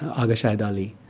agha shahid ali